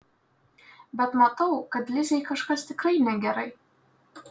bet matau kad lizei kažkas tikrai negerai